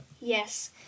Yes